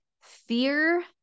fear